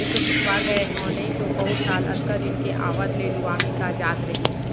एसो पिछवा गए हँव नइतो पउर साल अतका दिन के आवत ले लुवा मिसा जात रहिस